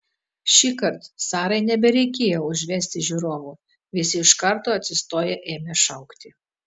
šįkart sarai nebereikėjo užvesti žiūrovų visi iš karto atsistoję ėmė šaukti